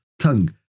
tongue